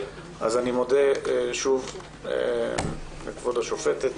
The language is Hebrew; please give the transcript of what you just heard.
אני מודה שוב לכבוד השופטת,